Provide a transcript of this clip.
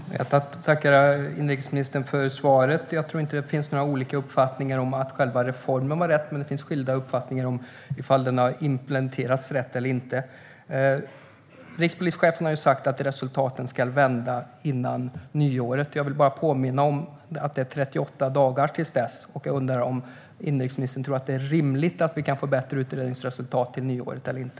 Herr talman! Jag tackar inrikesministern för svaret. Det finns inte några olika uppfattningar om att själva reformen var riktig, men det finns skilda uppfattningar om den har implementerats på ett riktigt sätt eller inte. Rikspolischefen har sagt att resultaten ska vända före nyåret. Jag vill bara påminna om att det är 38 dagar till dess. Tror inrikesministern att det är rimligt att få fram bättre utredningsresultat till nyåret eller inte?